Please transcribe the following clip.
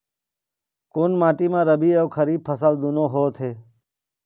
कोन माटी म रबी अऊ खरीफ फसल दूनों होत हे?